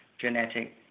genetic